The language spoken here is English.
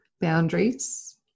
boundaries